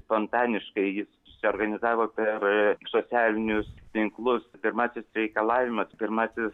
spontaniškai jis susiorganizavo per socialinius tinklus pirmasis reikalavimas pirmasis